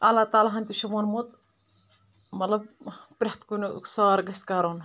اللہ تعالیٰ ہَن تہِ چھ ووٚنمُت مطلب پرٮ۪تھ کُنیُک سٲر گژھہِ کرُن